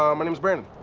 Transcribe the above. um my name's brandon.